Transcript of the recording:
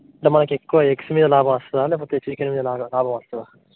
ఇట్ల మనకి ఎక్కువ ఎగ్స్ మీద లాభం వస్తదా లేకపోతే చికెన్ మీద లాభం లాభం వస్తదా